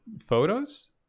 photos